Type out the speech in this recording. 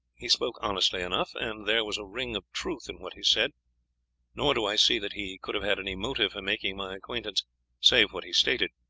he spoke honestly enough, and there was a ring of truth in what he said nor do i see that he could have had any motive for making my acquaintance save what he stated.